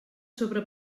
sobre